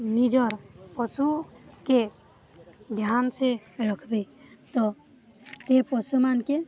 ନିଜର ପଶୁକେ ଧ୍ୟାନ ସେ ରଖବେ ତ ସେ ପଶୁମାନକେ